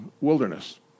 wilderness